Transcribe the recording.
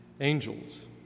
Angels